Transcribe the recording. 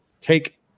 take